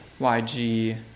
YG